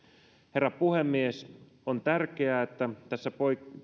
herra puhemies on tärkeää että